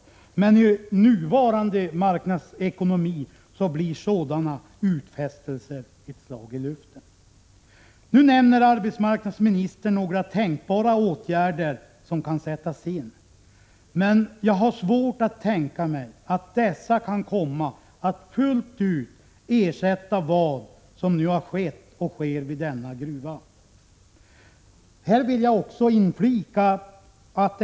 Men i nuvarande marknadsekonomi blir sådana utfästelser bara ett slag i luften. Nu nämner arbetsmarknadsministern några tänkbara åtgärder som kan sättas in. Men jag har svårt att föreställa mig att dessa kan komma att fullt ut kompensera vad som har skett, och som nu sker, vid denna gruva. Här vill jag inflika följande.